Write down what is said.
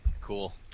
cool